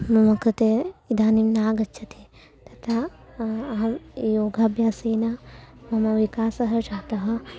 मम कृते इदानीं नागच्छति तथा अहं योगाभ्यासेन मम विकासः जातः